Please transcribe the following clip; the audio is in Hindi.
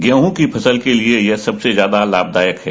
गेहूँ की फसल के लिए यह सबसे ज्यादा लाभदायक है